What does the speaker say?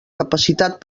capacitat